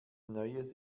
neues